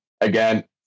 again